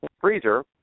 freezer